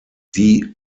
die